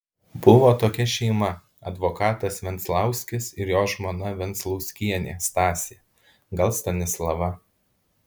buvo tokia šeima advokatas venclauskis ir jo žmona venclauskienė stasė gal stanislava